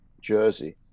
jersey